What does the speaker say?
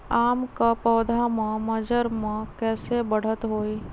आम क पौधा म मजर म कैसे बढ़त होई?